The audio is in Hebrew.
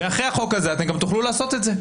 ואחרי החוק הזה תוכלו לעשות את זה.